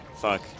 fuck